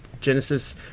Genesis